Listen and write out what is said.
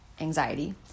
anxiety